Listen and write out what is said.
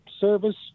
service